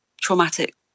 traumatic